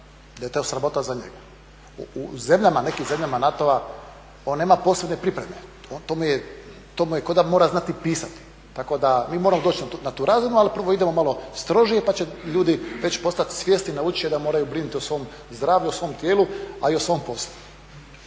da je to sramota za njega. U nekim zemljama NATO-a on nema posebne pripreme, to mu je kao da mora znati pisati i mi moramo doći na tu razinu, ali prvo idemo malo strožije pa će ljudi već postati svjesni i naučit će da moraju brinuti o svom zdravlju, o svom tijelu, a i o svom poslu.